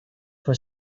for